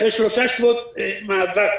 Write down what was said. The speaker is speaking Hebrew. אחרי שלושה שבועות מאבק.